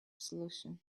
solution